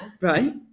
Right